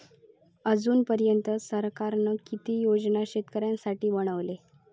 अजून पर्यंत सरकारान किती योजना शेतकऱ्यांसाठी बनवले?